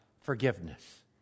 forgiveness